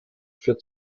für